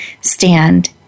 stand